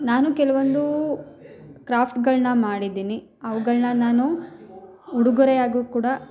ನಾನು ಕೆಲವೊಂದು ಕ್ರಾಫ್ಟ್ಗಳನ್ನ ಮಾಡಿದ್ದೀನಿ ಅವ್ಗಳ್ನ ನಾನು ಉಡುಗೊರೆ ಆಗು ಕೂಡ